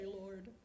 Lord